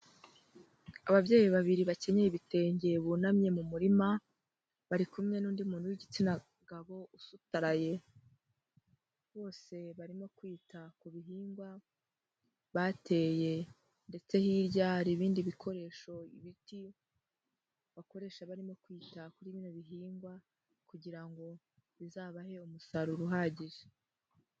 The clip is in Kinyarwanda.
Ababyeyi babiri bakenyeye ibitenge bunamye mu murima, bari kumwe n'undi muntu w'igitsina gabo usutaraye. Bose barimo kwita ku bihingwa bateye ndetse hirya hari ibindi bikoresho ibiti bakoresha barimo kwita kuri bino bihingwa, kugira ngo bizabahe umusaruro uhagije.